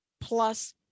plus